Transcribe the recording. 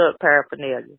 paraphernalia